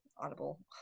Audible